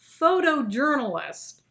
photojournalist